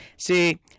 See